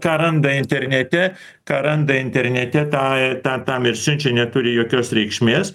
ką randa internete ką randa internete tą tą tam ir siunčia neturi jokios reikšmės